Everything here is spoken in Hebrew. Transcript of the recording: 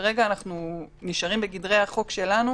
כרגע אנחנו נשארים בגדרי החוק שלנו